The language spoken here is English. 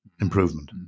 improvement